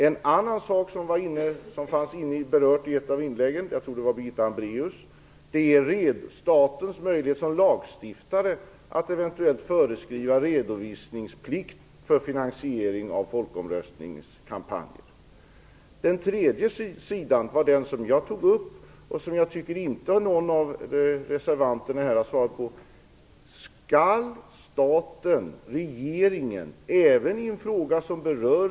En annan del som berörts i ett av inläggen här - jag tror att det var ett inlägg av Birgitta Hambraeus - är statens möjlighet som lagstiftare att eventuellt föreskriva redovisningsplikt för finansiering av folkomröstningskampanjer. Den tredje delen är den som jag tog upp. Där tycker jag inte att någon av reservanterna här har något svar.